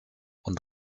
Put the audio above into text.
und